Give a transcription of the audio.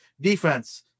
defense